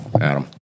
Adam